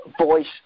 voice